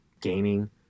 Gaming